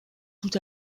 tout